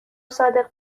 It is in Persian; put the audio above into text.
صادق